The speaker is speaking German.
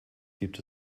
gibt